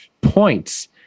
points